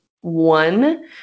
one